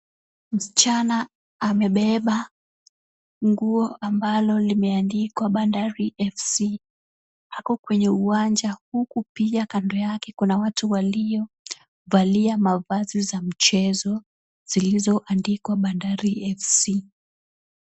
Mschana amebeba nguo ambalo limeandikwa bandari FC, hapo kwenye uwanja huu upya kando yake kuna watu waliovalia mavazi za mchezo, zilizoandikwa bandari FC.